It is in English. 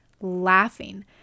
laughing